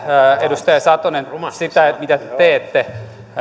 edustaja satonen sitä mitä te